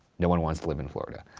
no one wants to live in florida.